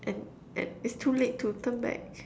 and and it's too late to turn back